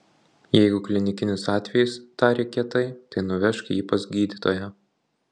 jeigu klinikinis atvejis tarė kietai tai nuvežk jį pas gydytoją